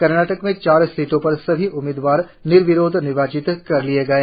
कर्नाटक में चार सीटों पर सभी उम्मीदवार निर्विरोध निर्वाचित कर लिए गये